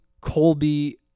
Colby